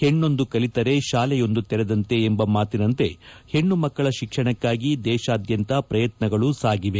ಹೆಣ್ಣೊಂದು ಕಲಿತರೆ ತಾಲೆಯೊಂದು ತೆರೆದಂತೆ ಎಂಬ ಮಾಟಿನಂತೆ ಹೆಣ್ಣು ಮಕ್ಕಳ ಶಿಕ್ಷಣಕ್ಕಾಗಿ ದೇಶಾದ್ಯಂತ ಪ್ರಯತ್ನಗಳು ಸಾಗಿವೆ